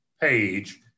page